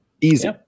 Easy